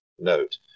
note